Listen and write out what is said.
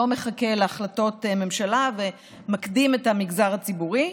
לא מחכה להחלטות ממשלה ומקדים את המגזר הציבורי.